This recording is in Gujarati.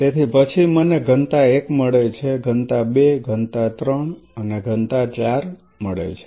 તેથી પછી મને ઘનતા 1 મળે છે ઘનતા 2 ઘનતા 3 અને ઘનતા 4 મળે છે